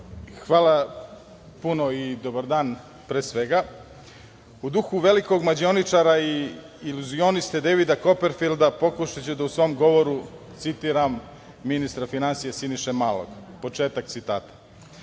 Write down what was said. Hvala puno. Dobar dan, pre svega.U duhu velikog mađioničara i iluzioniste Dejvida Koperfilda, pokušaću da u svom govoru citiram ministra finansija Sinišu Malog. Početak citata: